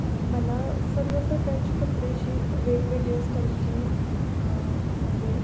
आणि मला सर्व प्रकारचे कपडे असे वेगवेगळे स्टाईलची म्हणजे